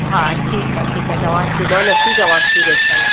हा ठीकु आहे ठीकु आहे चवासि थी ॿ लसियूं चवासि थी तेसताईं